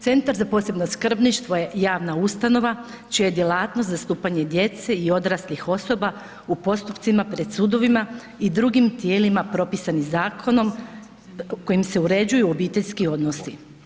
Centar za posebno skrbništvo je javna ustanova čija je djelatnost zastupanje djece i odraslih osoba u postupcima pred sudovima i drugim tijelima propisanim zakonom kojim se uređuju obiteljski odnosi.